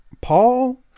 Paul